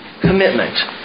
commitment